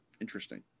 interesting